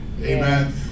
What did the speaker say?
Amen